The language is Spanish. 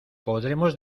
podremos